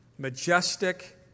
Majestic